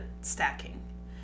stacking